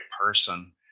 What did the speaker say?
person